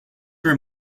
were